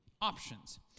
options